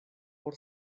por